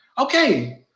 Okay